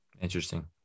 Interesting